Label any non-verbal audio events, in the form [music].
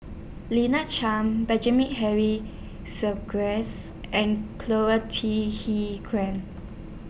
Lina Chiam Benjamin Henry [unintelligible] and [unintelligible] Quan